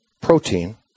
protein